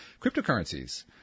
cryptocurrencies